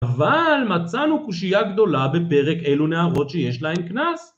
אבל, מצאנו קושייה גדולה בפרק אלו נערות שיש להם קנס